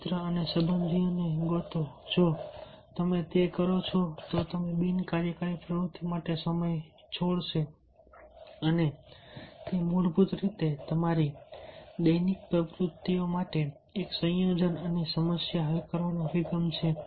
મિત્રો અને સંબંધીઓ ને ગોતો જો તમે તે રીતે કરો છો તો તે બિન કાર્યકારી પ્રવૃત્તિઓ માટે સમય છોડશે અને તે મૂળભૂત રીતે તમારી દૈનિક પ્રવૃત્તિઓ માટે એક આયોજન અને સમસ્યા હલ કરવાનો અભિગમ છે